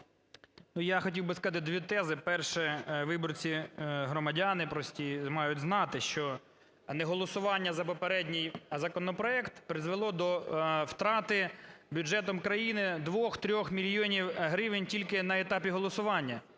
я хотів би сказати дві тези. Перше, виборці, громадяни прості мають знати, що неголосування за попередній законопроект призвело до втрати бюджетом країни 2-3 мільйонів гривень тільки на етапі голосування,